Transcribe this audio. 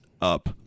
up